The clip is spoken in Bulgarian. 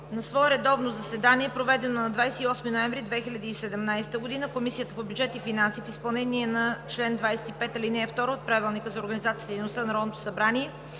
На свое редовно заседание, проведено на 28 ноември 2017 г., Комисията по бюджет и финанси в изпълнение на чл. 25, ал. 2 от Правилника за организацията и